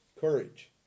courage